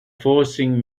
forcing